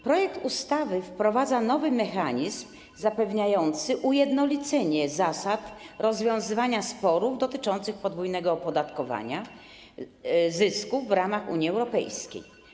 Projekt ustawy wprowadza nowy mechanizm zapewniający ujednolicenie zasad rozwiązywania sporów dotyczących podwójnego opodatkowania zysków w ramach Unii Europejskiej.